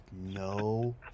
no